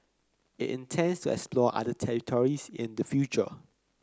it intends to explore other territories in the future